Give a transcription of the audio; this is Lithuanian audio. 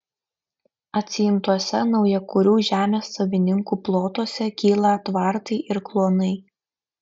atsiimtuose naujakurių žemės savininkų plotuose kyla tvartai ir kluonai